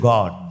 God